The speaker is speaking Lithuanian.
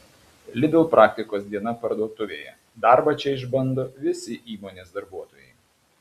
lidl praktikos diena parduotuvėje darbą čia išbando visi įmonės darbuotojai